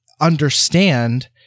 understand